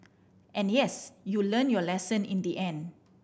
and yes you learnt your lesson in the end